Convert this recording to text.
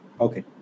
okay